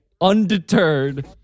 undeterred